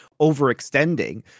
overextending